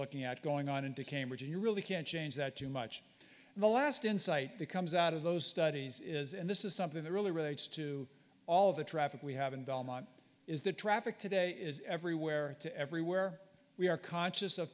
looking at going on into cambridge and you really can't change that too much and the last insight that comes out of those studies is and this is something that really relates to all of the traffic we have in belmont is that traffic today is everywhere to everywhere we are conscious of